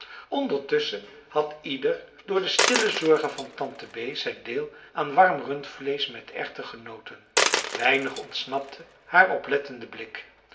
ondertusschen had ieder door de stille zorgen van tante bee zijn deel aan warm rundvleesch met erwten genoten weinig ontsnapte haar oplettenden blik